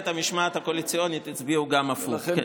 הצביעו גם הפוך.